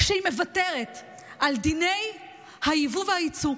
שהיא מוותרת על דיני היבוא והיצוא,